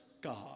God